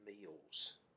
meals